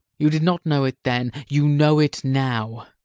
you did not know it then you know it now!